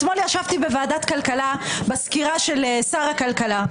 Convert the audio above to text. אתמול ישבתי בוועדת כלכלה בסקירה של שר הכלכלה.